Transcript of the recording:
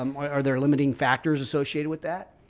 um are there limiting factors associated with that?